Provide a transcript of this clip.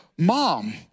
Mom